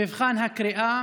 במבחן הקריאה,